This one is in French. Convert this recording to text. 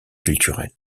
culturel